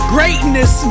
Greatness